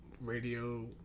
radio